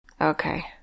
Okay